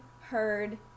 heard